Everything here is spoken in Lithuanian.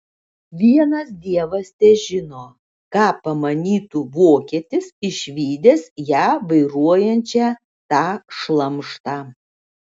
vienas dievas težino ką pamanytų vokietis išvydęs ją vairuojančią tą šlamštą